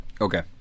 Okay